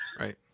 Right